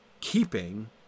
keeping